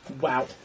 Wow